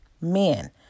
Men